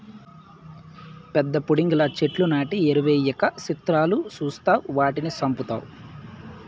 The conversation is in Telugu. పెద్ద పుడింగిలా చెట్లు నాటి ఎరువెయ్యక సిత్రాలు సూస్తావ్ వాటిని సంపుతావ్